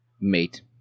mate